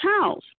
house